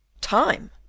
Time